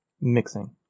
Mixing